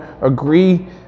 agree